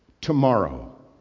tomorrow